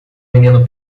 menino